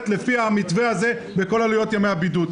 לפי המתווה הזה בכל עלויות ימי הבידוד.